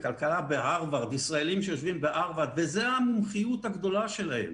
לכלכלה בהרווארד שזאת המומחיות הגדולה שלהם